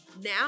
Now